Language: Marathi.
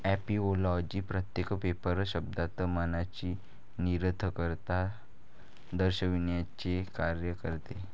ऍपिओलॉजी प्रत्येक पेपर शब्दात मनाची निरर्थकता दर्शविण्याचे कार्य करते